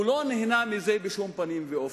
לא נהנה מזה בשום פנים ואופן.